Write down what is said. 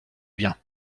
bien